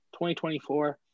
2024